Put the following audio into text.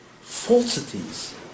falsities